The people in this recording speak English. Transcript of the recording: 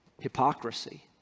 hypocrisy